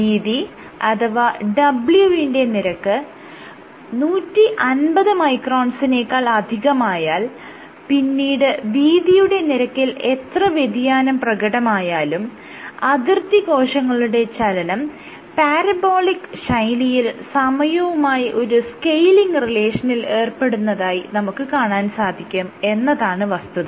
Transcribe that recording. വീതി അഥവാ w വിന്റെ നിരക്ക് 150 മൈക്രോൺസിനെക്കാൾ അധികമായാൽ പിന്നീട് വീതിയുടെ നിരക്കിൽ എത്ര വ്യതിയാനം പ്രകടമായാലും അതിർത്തി കോശങ്ങളുടെ ചലനം പാരബോളിക് ശൈലിയിൽ സമയവുമായി ഒരു സ്കെയിലിങ് റിലേഷനിൽ ഏർപ്പെടുന്നതായി നമുക്ക് കാണാൻ സാധിക്കും എന്നതാണ് വസ്തുത